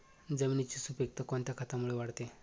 जमिनीची सुपिकता कोणत्या खतामुळे वाढते?